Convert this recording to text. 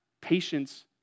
patience